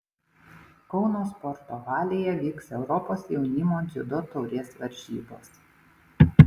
kauno sporto halėje vyks europos jaunimo dziudo taurės varžybos